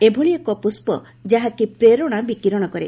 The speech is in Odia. ଏଭଳି ଏକ ପୁଷ୍ପ ଯାହାକି ପ୍ରେରଣା ବିକିରଣ କରେ